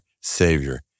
Savior